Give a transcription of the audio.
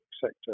sector